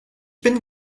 bin